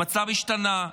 המצב השתנה.